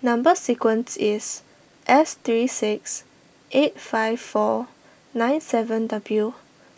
Number Sequence is S three six eight five four nine seven W